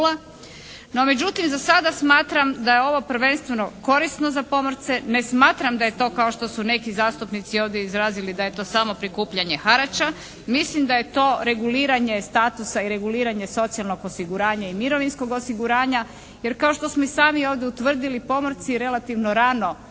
No međutim za sada smatram da je ovo prvenstveno korisno za pomorce. Ne smatram da je to kao što su neki zastupnici ovdje izrazili da je to samo prikupljanje harača. Mislim da je to reguliranje statusa i reguliranje socijalnog osiguranja i mirovinskog osiguranja, jer kao što smo i sami ovdje utvrdili pomorci relativno rano